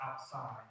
outside